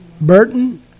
Burton